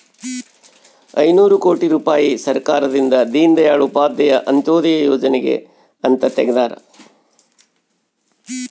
ಐನೂರ ಕೋಟಿ ರುಪಾಯಿ ಸರ್ಕಾರದಿಂದ ದೀನ್ ದಯಾಳ್ ಉಪಾಧ್ಯಾಯ ಅಂತ್ಯೋದಯ ಯೋಜನೆಗೆ ಅಂತ ತೆಗ್ದಾರ